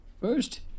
First